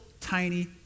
tiny